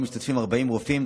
שבו משתתפים 40 רופאים,